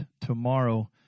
tomorrow